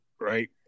Right